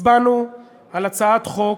הצבענו על הצעת חוק,